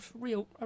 real